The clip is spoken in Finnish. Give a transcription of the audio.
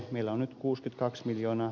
meillä on nyt kuuskytkaks miljoona